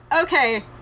okay